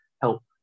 help